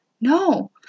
no